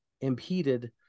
impeded